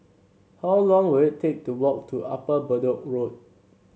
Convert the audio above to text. how long will it take to walk to Upper Bedok Road